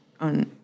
on